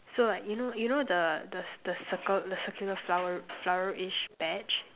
so like you know you know the the the circle the circular flower flowerish badge